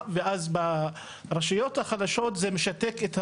ואז ברשויות החדשות זה משתק את הרשות,